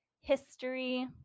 History